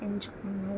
ఎంచుకున్నారు